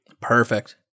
Perfect